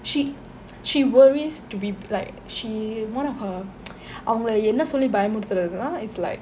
she she worries to be like she one of her அவங்களே என்ன சொல்லி பயமுடுத்துறதுன்னா:avangale enna solli bayamudutthurathunna it's like